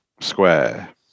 square